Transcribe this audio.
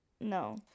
no